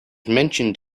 mentioned